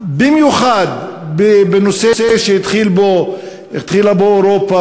במיוחד בנושא שהתחילה בו אירופה,